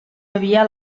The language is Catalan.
havia